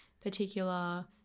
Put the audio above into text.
particular